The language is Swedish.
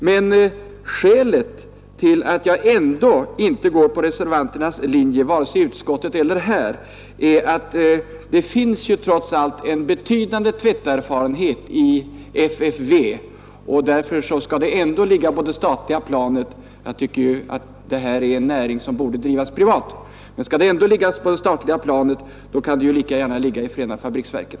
Men skälet till att jag ändå inte följer reservanternas linje vare sig i utskottet eller här är att det trots allt finns en betydande tvätterfarenhet i FFV. Jag tycker förstås att denna näring borde drivas privat, men skall den ändå ligga på det statliga planet kan den alltså lika gärna handhas av förenade fabriksverken.